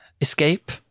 escape